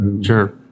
sure